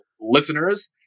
listeners